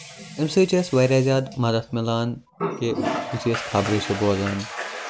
اَمہِ سۭتۍ چھِ اَسہِ واریاہ زیادٕ مدتھ میلان کہِ یِتُھے أسۍ خبرٕ چھِ بوزان